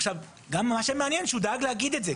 עכשיו, גם מה שמעניין שהוא דאג להגיד את זה.